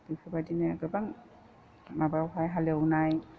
बेफोरबायदिनो गोबां माबायावहाय हालेवनाय